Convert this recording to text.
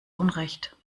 unrecht